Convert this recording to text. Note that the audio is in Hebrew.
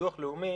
הביטוח הלאומי,